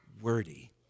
wordy